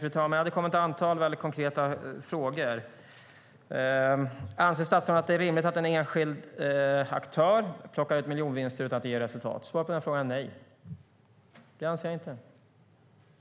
Fru talman! Det kom ett antal konkreta frågor. Anser statsrådet att det är rimligt att en enskild aktör plockar ut miljonvinster utan att det ger resultat? Svaret på den frågan är nej. Det anser jag inte.